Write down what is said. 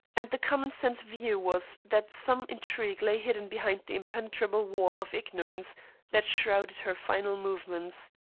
and the common-sense view was that some intrigue lay hidden behind the impenetrable wall of ignorance that shrouded her final movements.